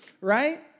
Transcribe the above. Right